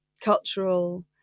cultural